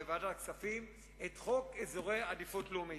בוועדת הכספים את חוק אזורי עדיפות לאומית.